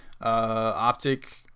optic